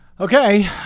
Okay